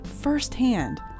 firsthand